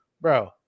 Bro